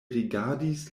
rigardis